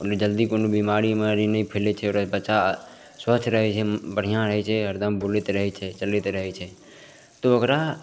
ओहिमे जल्दी कोनो बेमारी उमारी नहि फैलै छै ओकर बच्चा स्वस्थ रहै छै बढ़िआँ रहै छै हरदम बुलैत रहै छै चलैत रहै छै तऽ ओकरा